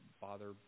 bother